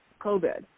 COVID